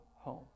home